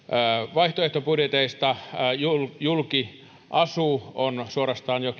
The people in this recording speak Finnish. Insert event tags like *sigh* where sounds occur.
vaihtoehtobudjeteista julkiasu on suorastaan jo *unintelligible*